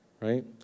right